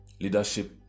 Leadership